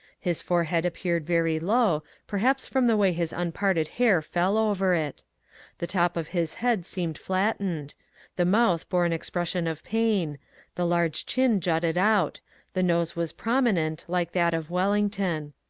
his forehead appeared very low, perhaps from the way his unparted hair fell over it the top of his head seemed flattened the mouth bore an expression of pain the large chin jutted out the nose was prominent, like that of wellington.